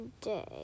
day